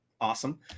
awesome